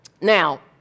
Now